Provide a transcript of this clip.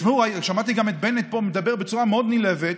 שמעתי גם את בנט פה מדבר בצורה מאוד נלהבת.